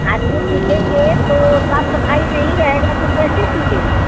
आदमी टिकेंगे तो साफ़ सफाई नहीं रहेगा तो कैसे टिकेंगे